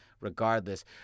regardless